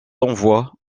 envois